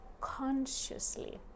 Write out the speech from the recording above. consciously